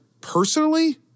personally